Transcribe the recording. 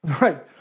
Right